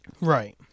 Right